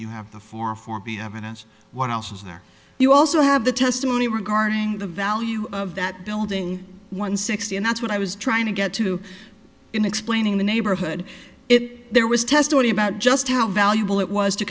you have for for having us one else's there you also have the testimony regarding the value of that building one sixty and that's what i was trying to get to in explaining the neighborhood it there was testimony about just how valuable it was to